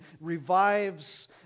revives